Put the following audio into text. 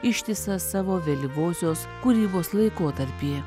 ištisą savo vėlyvosios kūrybos laikotarpį